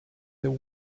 there